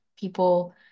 people